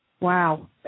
Wow